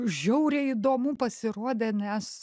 žiauriai įdomu pasirodė nes